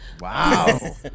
wow